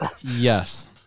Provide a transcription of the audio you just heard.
Yes